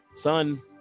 Son